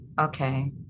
Okay